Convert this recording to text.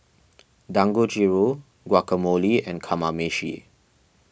Dangojiru Guacamole and Kamameshi